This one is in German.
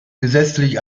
gesetzlich